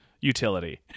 utility